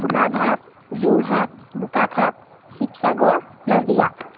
Golaghat Jorhat Bokakhat Sivasagar Nazira